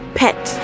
pet